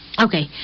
Okay